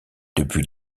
depuis